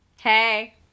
Hey